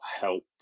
help